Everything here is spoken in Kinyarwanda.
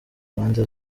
mpande